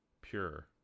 pure